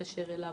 ולהתקשר אליו.